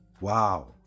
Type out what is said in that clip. wow